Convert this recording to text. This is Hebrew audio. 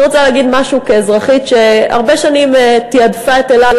אני רוצה להגיד משהו כאזרחית שהרבה שנים תעדפה את "אל על",